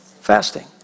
fasting